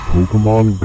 Pokemon